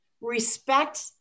respect